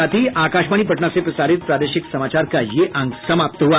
इसके साथ ही आकाशवाणी पटना से प्रसारित प्रादेशिक समाचार का ये अंक समाप्त हुआ